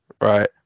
right